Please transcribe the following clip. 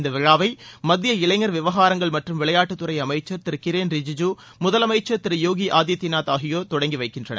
இந்த விழாவை மத்திய இளைஞர் விவகாரங்கள் மற்றும் விளையாட்டுத்துறை அமைச்சர் திரு கிரன் ரிஜிஜு முதலமைச்சர் திரு யோகி ஆதித்யநாத் ஆகியோர் தொடங்கி வைக்கின்றனர்